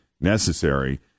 necessary